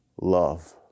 love